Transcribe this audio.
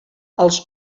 els